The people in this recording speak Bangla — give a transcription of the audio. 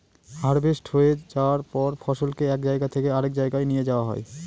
হার্ভেস্ট হয়ে যায়ার পর ফসলকে এক জায়গা থেকে আরেক জাগায় নিয়ে যাওয়া হয়